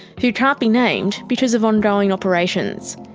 who can't be named because of ongoing operations.